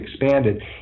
expanded